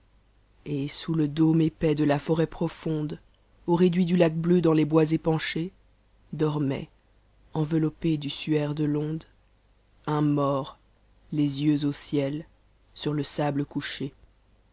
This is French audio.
et sous le dôme épais de la forêt profonde aux réduits du lac bleu dans les bois épanché dormait enveloppé du suaire de l'onde un mort les yeux au ciel sur e sable couché